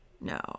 no